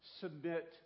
Submit